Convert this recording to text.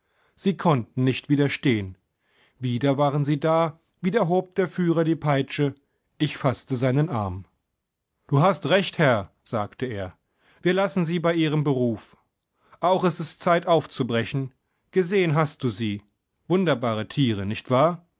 sie konnten nicht widerstehen wieder waren sie da wieder hob der führer die peitsche ich faßte seinen arm du hast recht herr sagte er wir lassen sie bei ihrem beruf auch ist es zeit aufzubrechen gesehen hast du sie wunderbare tiere nicht wahr